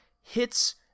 hits